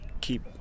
keep